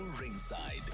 ringside